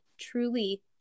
truly